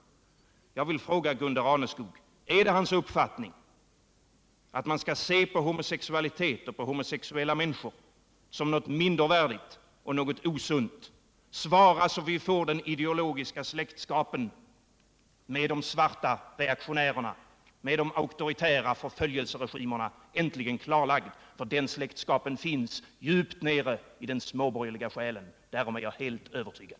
Är det Gunde Raneskogs uppfattning att man skall se på homosexualitet och homosexuella människor som något mindervärdigt och osunt? Svara så att vi får den ideologiska släktskapen med de svarta reaktionärerna, med de auktoritära förföljelseregimerna klarlagd! Den släktskapen finns djupt nere i den småborgerliga själen, därom är jag helt övertygad.